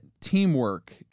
teamwork